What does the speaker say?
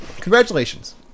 Congratulations